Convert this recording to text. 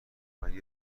اگه